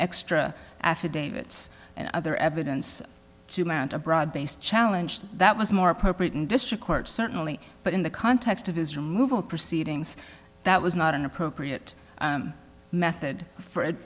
extra affidavits and other evidence to mount a broad based challenge to that was more appropriate in district court certainly but in the context of his removal proceedings that was not an appropriate method for it